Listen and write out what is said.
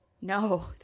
No